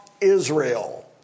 Israel